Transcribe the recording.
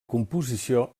composició